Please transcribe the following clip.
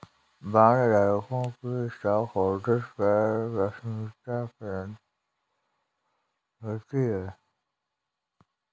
बॉन्डधारकों की स्टॉकहोल्डर्स पर प्राथमिकता होती है